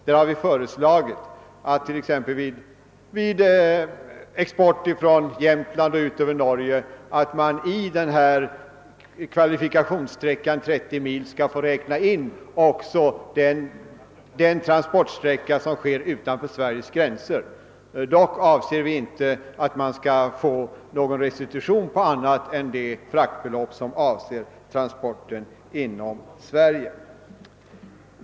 Vi har föreslagit att man t.ex. vid export från Jämtland ut över Norge skall få i kvalifikationssträckan 30 mil räkna in också transportsträckan utanför Sveriges gränser — dock skall inte restitutionen gälla annat än det fraktbelopp som avser transporten inom Sverige.